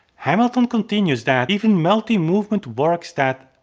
hamilton continues that even multi-movement works that,